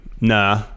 nah